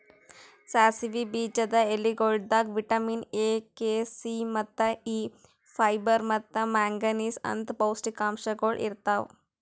ಸಾಸಿವಿ ಬೀಜದ ಎಲಿಗೊಳ್ದಾಗ್ ವಿಟ್ಯಮಿನ್ ಎ, ಕೆ, ಸಿ, ಮತ್ತ ಇ, ಫೈಬರ್ ಮತ್ತ ಮ್ಯಾಂಗನೀಸ್ ಅಂತ್ ಪೌಷ್ಟಿಕಗೊಳ್ ಇರ್ತಾವ್